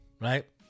right